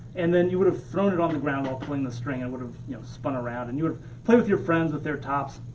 and then you would have thrown it on the ground while pulling the string, it and would have spun around. and you would play with your friends with their tops.